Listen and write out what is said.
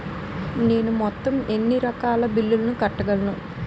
నేను మొత్తం ఎన్ని రకాల బిల్లులు కట్టగలను?